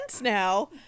now